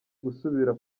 gusubira